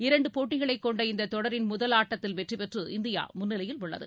இரண்டு போட்டிகளை கொண்ட இந்த தொடரின் முதல் ஆட்டத்தில் வெற்றி பெற்று இந்தியா முன்னிலையில் உள்ளது